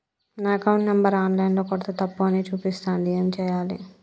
నా account number online ల కొడ్తే తప్పు అని చూపిస్తాంది ఏం చేయాలి?